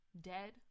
dead